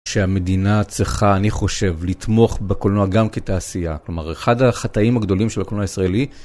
שהמדינה צריכה, אני חושב, לתמוך בקולנוע גם כתעשייה. כלומר, אחד החטאים הגדולים של הקולנוע הישראלי...